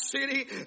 city